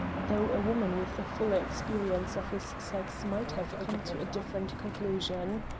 though a woman with a fuller experience of his sex might have come to a different conclusion.